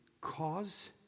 cause